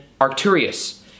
Arcturus